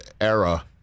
era